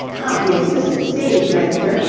not the assistant stage manager.